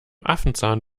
affenzahn